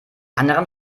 anderen